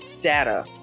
data